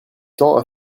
temps